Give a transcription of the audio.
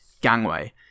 gangway